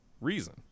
reason